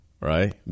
right